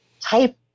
type